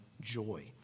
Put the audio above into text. joy